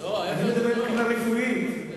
אני מדבר מבחינה רפואית,